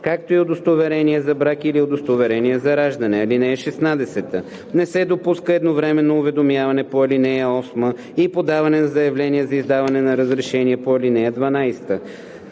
както и удостоверение за брак или удостоверение за раждане. (16) Не се допуска едновременното уведомяване по ал. 8 и подаване на заявление за издаване на разрешение по ал. 12.